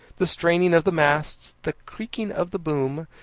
the straining of the masts, the creaking of the boom,